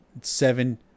seven